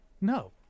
No